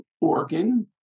organ